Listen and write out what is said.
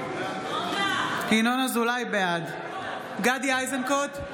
בעד גדי איזנקוט,